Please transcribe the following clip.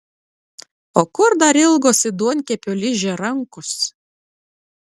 o kur dar ilgos it duonkepio ližė rankos